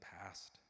past